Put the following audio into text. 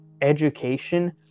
education